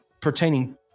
pertaining